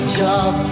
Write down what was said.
job